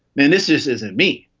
man, this this isn't me.